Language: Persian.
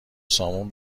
سامون